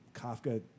Kafka